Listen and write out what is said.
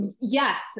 Yes